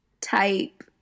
type